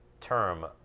term